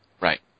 Right